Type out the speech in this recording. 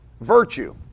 virtue